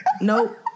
Nope